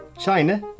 China